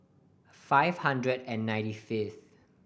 five hundred and ninety fifth